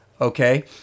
okay